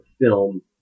film